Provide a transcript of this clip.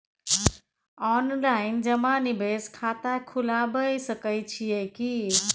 Online जमा निवेश खाता खुलाबय सकै छियै की?